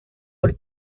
por